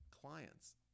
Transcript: clients